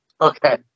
Okay